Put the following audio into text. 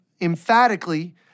emphatically